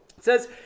says